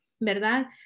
verdad